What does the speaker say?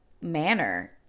manner